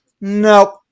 nope